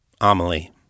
Amelie